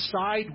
side